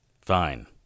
Fine